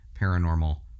Paranormal